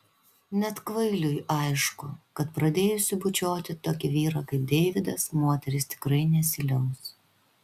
net kvailiui aišku kad pradėjusi bučiuoti tokį vyrą kaip deividas moteris tikrai nesiliaus